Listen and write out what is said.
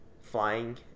flying